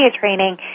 training